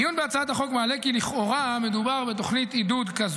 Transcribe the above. עיון בהצעת החוק מעלה כי לכאורה מדובר בתוכנית עידוד,